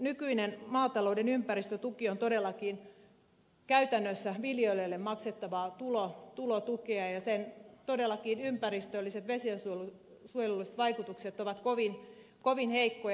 nykyinen maatalouden ympäristötuki on todellakin käytännössä viljelijöille maksettavaa tulotukea ja sen ympäristölliset vesiensuojelulliset vaikutukset ovat kovin heikkoja